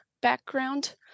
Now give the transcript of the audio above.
background